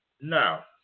Now